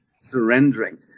surrendering